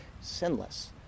sinless